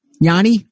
Yanni